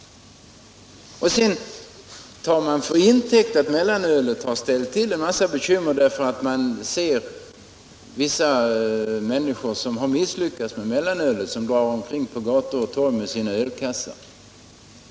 Man tar till intäkt för att mellanölet har ställt till en massa bekymmer därför att några människor som har misslyckats med mellanölet drar omkring på gator och torg med sina ölkassar.